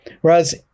Whereas